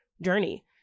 journey